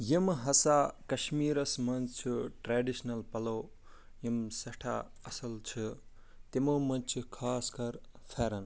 یِم ہَسا کَشمیٖرَس مَنٛز چھُ ٹرٛیڈِشنَل پَلَو یِم سٮ۪ٹھاہ اصل چھِ تِمو مَنٛز چھِ خاص کر فیرَن